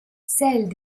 celles